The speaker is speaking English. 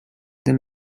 them